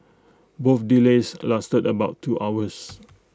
both delays lasted about two hours